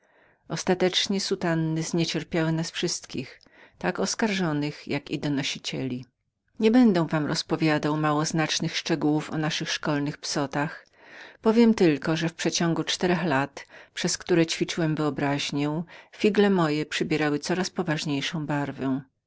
ostatecznie czarne sukienki zniecierpiały nas wszystkich tak oskarżonych jakoteż donosicielów nie będę wam rozpowiadał małoznacznych szczegółów o naszych szkolnych psotach powiem wam tylko że w przeciągu czterech lat przez które ćwiczyłem moją wyobraźnię figle moje przybierały coraz poważniejszą barwę